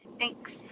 thanks